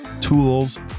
tools